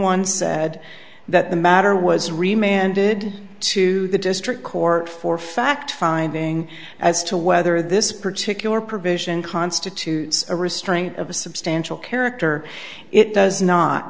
said that the matter was remain ended to the district court for fact finding as to whether this particular provision constitutes a restraint of a substantial character it does not